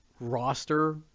roster